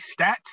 Stats